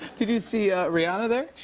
did you see ah rihanna there?